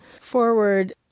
forward